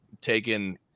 taken